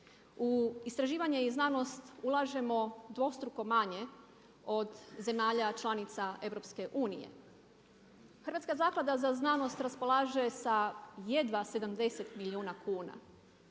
U istraživanje i znanost ulažemo dvostruko manje od zemalja članica EU. Hrvatska zaklada za znanost raspolaže sa jedna 70 milijuna kuna.